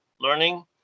learning